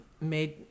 made